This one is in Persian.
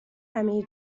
همه